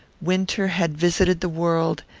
winter had visited the world,